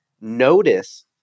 notice